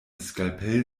skalpell